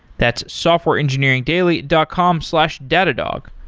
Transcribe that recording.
that's softwareengineeringdaily dot com slash datadog.